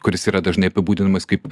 kuris yra dažnai apibūdinamas kaip